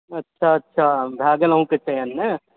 अच्छा अच्छा भए गेल अहूँके चयन नहि